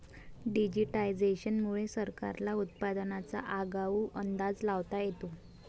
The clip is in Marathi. डिजिटायझेशन मुळे सरकारला उत्पादनाचा आगाऊ अंदाज लावता येतो